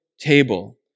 table